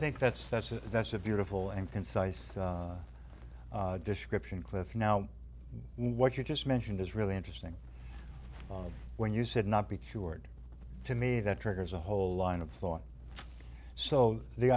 think that's such a negative beautiful and concise description cliff now what you just mentioned is really interesting when you should not be cured to me that triggers a whole line of thought so the